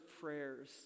prayers